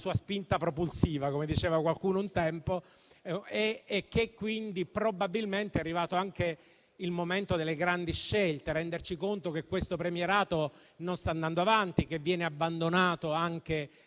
spinta propulsiva - come diceva qualcuno un tempo - e quindi probabilmente è arrivato anche il momento delle grandi scelte. Dobbiamo renderci conto che questo premierato non sta andando avanti, che viene abbandonato anche